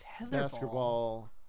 basketball